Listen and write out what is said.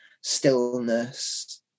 stillness